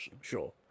Sure